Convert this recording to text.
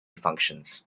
functions